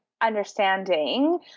understanding